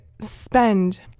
spend